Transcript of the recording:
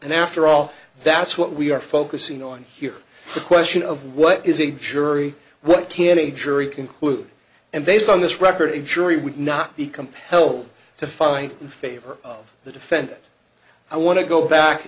and after all that's what we are focusing on here the question of what is a jury what can a jury conclude and based on this record a jury would not be compelled to find favor of the defendant i want to go back